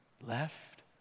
Left